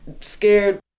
scared